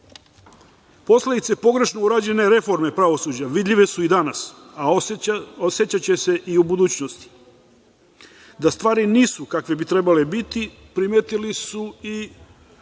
pogrešno urađene reforme pravosuđa vidljive su i danas, a osećaće se i u budućnosti. Da stvari nisu kakve bi trebale biti primetili su i